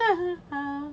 ha ha !ow!